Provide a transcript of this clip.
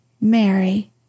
Mary